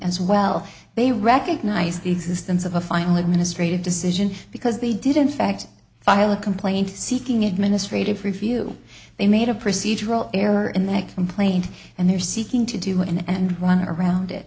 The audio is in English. as well they recognize the existence of a final administrative decision because they didn't fact file a complaint seeking administrative review they made a procedural error in that complaint and they're seeking to do an end run around it